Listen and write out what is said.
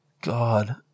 God